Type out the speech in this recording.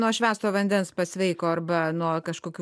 nuo švęsto vandens pasveiko arba nuo kažkokių